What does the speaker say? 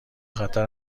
خطر